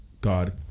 God